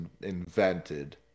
invented